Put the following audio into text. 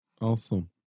Awesome